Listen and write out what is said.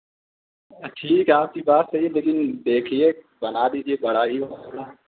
ٹھیک ہے آپ کی بات صحیح لیکن دیکھیے بنا دیجیے بڑا ہی ہوگا